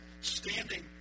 standing